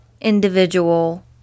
individual